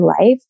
life